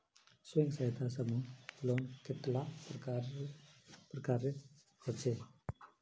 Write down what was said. स्वयं सहायता समूह लोन कतेला प्रकारेर होचे?